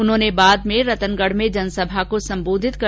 उन्होंने बाद में रतनगढ में जनसभा को सम्बोधित किया